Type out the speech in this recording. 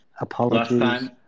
apologies